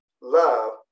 love